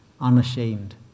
unashamed